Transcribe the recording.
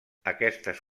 aquestes